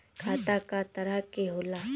खाता क तरह के होला?